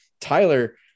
Tyler